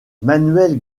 manuel